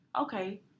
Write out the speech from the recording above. okay